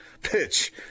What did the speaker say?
pitch